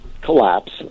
collapse